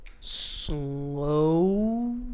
Slow